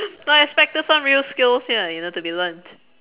I expected some real skills here you know to be learnt